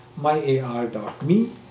myar.me